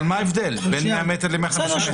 מה ההבדל בין 100 מטרים ל-5 מטרים?